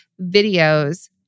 videos